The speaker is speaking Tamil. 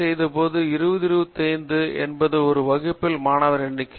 செய்த போது 20 25 என்பது ஒரு வகுப்பில் மாணவர் எண்ணிக்கை